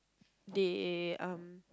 they um